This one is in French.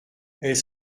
elles